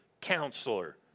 counselor